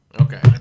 Okay